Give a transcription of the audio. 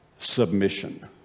submission